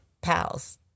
pals